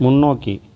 முன்னோக்கி